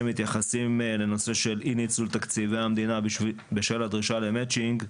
שמתייחסים לנושא של אי ניצול תקציבי המדינה בשל הדרישה למצ'ינג,